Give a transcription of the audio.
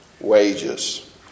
wages